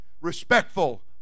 respectful